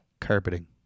Carpeting